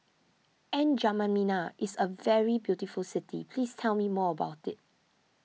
N'Djamena is a very beautiful city please tell me more about it